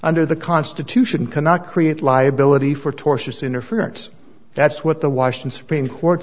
under the constitution cannot create liability for tortious interference that's what the wash and supreme court